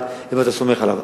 אם אתה סומך עליו.